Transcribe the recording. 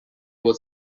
was